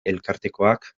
elkartekoak